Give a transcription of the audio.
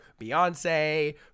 Beyonce